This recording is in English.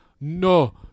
no